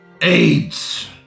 AIDS